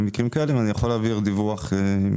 אני יכול להעביר דיווח.